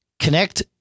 connect